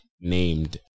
named